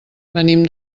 venim